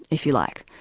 if you like.